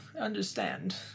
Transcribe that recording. understand